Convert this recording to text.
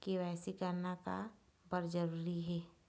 KYC करना का बर जरूरी हे?